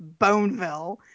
Boneville